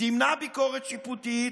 תמנע ביקורת שיפוטית,